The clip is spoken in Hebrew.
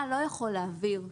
אתה לא יכול להעביר העברה,